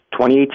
2018